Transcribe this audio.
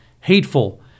hateful